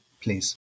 please